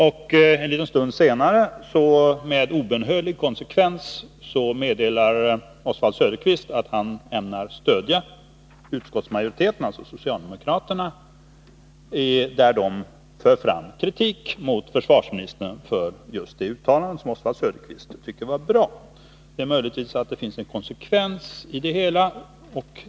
Och en liten stund senare meddelade Oswald Söderqvist med obönhörlig konsekvens att han ämnar stödja utskottsmajoritetens, alltså socialdemokraternas, kritik mot försvarsministern för just det uttalande som Oswald Söderqvist tyckte var bra. Det är möjligt att det finns en konsekvens i det hela.